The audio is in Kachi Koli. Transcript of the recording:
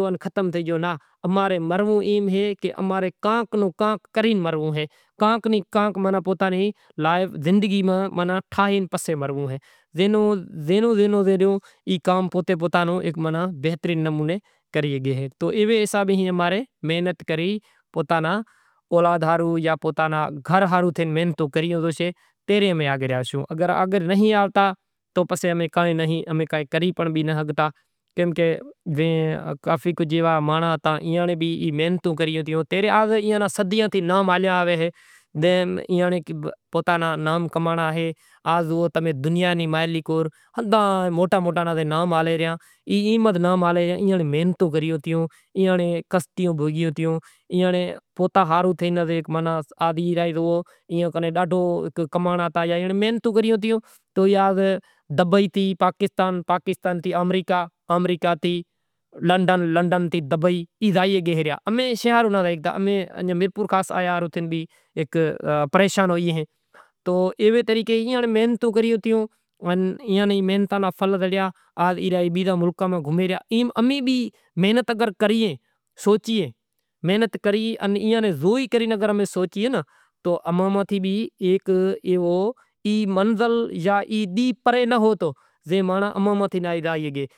مٹر ناں پھولے راکھاں وری مرساں راکھاں ادرک ہوئے تو ادرک واڈھاں میتھی ہوئے تو تھوڑی میتھی راکھاں مشالاں نی راکھے پسے شاگ ٹھی زاشے وری کو بریانی لاوے تو او کراں تڑکے ماں راکھاں وڑی مرساں راکھاں وری شیکی راکھاں